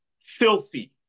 filthy